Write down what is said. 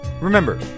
remember